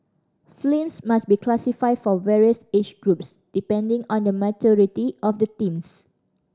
films must be classified for various age groups depending on the maturity of the themes